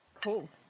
cool